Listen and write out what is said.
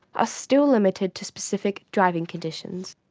ah still limited to specific driving conditions.